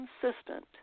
consistent